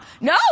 No